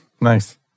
Nice